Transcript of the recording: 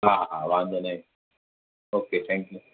हा हा हा वांधो न आहे ओके थैंक यू